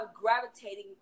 gravitating